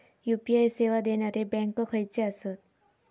UPI सेवा देणारे bank खयचे आसत?